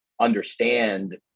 understand